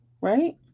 Right